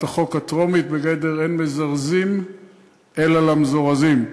החוק הטרומית בגדר "אין מזרזין אלא למזורזין".